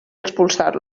expulsar